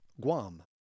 Guam